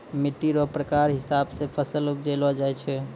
मिट्टी रो प्रकार हिसाब से फसल उपजैलो जाय छै